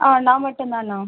நான் மட்டும் தான் அண்ணா